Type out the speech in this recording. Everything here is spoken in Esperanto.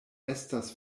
estas